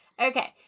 Okay